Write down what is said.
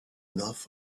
enough